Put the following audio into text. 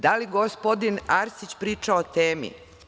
Da li gospodin Arsić priča o temi?